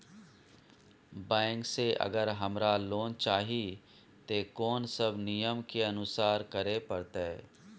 Bank से अगर हमरा लोन चाही ते कोन सब नियम के अनुसरण करे परतै?